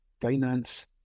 Finance